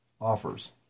offers